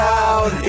out